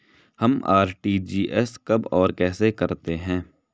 हम आर.टी.जी.एस कब और कैसे करते हैं?